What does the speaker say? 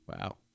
Wow